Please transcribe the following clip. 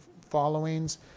followings